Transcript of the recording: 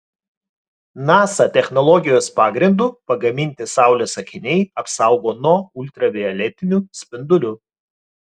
nasa technologijos pagrindu pagaminti saulės akiniai apsaugo nuo ultravioletinių spindulių